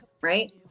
right